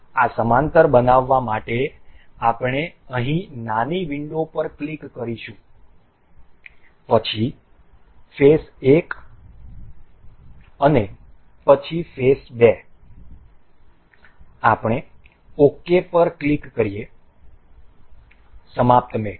આ સમાંતર બનાવવા માટે આપણે અહીં નાની વિંડો પર ક્લિક કરીશું પછી ફેસ 1 અને પછી ફેસ 2 આપણે ok પર ક્લિક કરીએ સમાપ્ત મેટ